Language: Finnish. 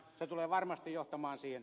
se tulee varmasti johtamaan siihen